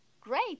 great